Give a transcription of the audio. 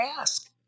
ask